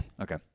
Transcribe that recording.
Okay